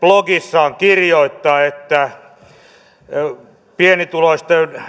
blogissaan kirjoittaa pienituloisten